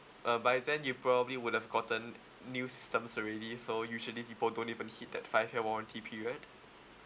uh by then you probably would have gotten new systems already so usually people don't even hit that five year warranty period